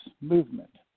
movement